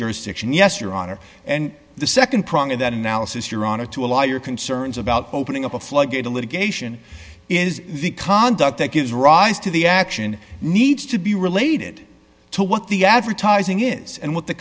jurisdiction yes your honor and the nd prong of that analysis your honor to allow your concerns about opening up a floodgate to litigation is the conduct that gives rise to the action needs to be related to what the advertising is and what the